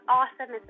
awesome